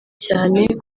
cyane